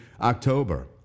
October